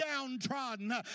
downtrodden